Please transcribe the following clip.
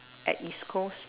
at east coast